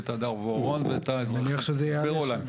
את הדר ואורון ואת האזרחים ששם תסבירו להם.